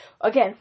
again